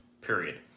period